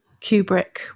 Kubrick